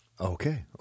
Okay